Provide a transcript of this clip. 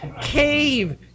cave